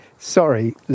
Sorry